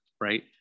right